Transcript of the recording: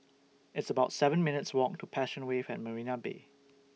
It's about seven minutes' Walk to Passion Wave At Marina Bay